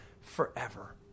forever